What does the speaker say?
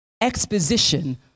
exposition